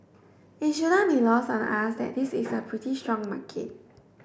it shouldn't be lost on us that this is a pretty strong market